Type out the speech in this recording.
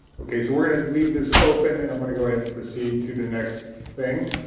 okay so we're going to leave this open and i'm going to go ahead and proceed to the next thing.